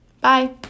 Bye